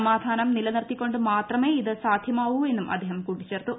സമാധാനം നിലനിർത്തിക്കൊണ്ട് മാത്രമേ ഇത് സാധ്യമാവൂ എന്നും അദ്ദേഹം കൂട്ടിച്ചേർത്തു